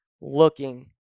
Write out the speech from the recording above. looking